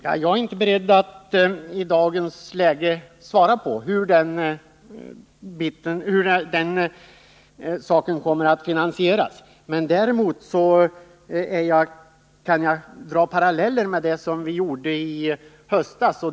Herr talman! Jag är i dagens läge inte beredd att svara på hur den saken kommer att finansieras. Däremot kan jag dra paralleller med det som vi gjorde i höstas.